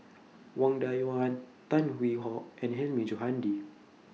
Wang Dayuan Tan Hwee Hock and Hilmi Johandi